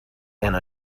and